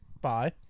Bye